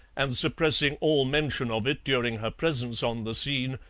and suppressing all mention of it during her presence on the scene,